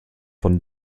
von